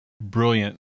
brilliant